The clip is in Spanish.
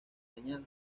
dañada